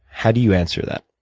how do you answer that?